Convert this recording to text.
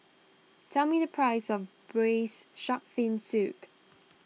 tell me the price of Braised Shark Fin Soup